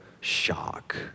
shock